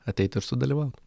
ateit ir sudalyvaut